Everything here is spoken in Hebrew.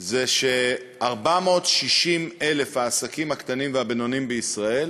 זה ש-460,000 העסקים הקטנים והבינוניים בישראל,